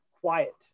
quiet